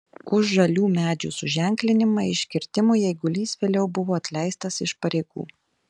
už žalių medžių suženklinimą iškirtimui eigulys vėliau buvo atleistas iš pareigų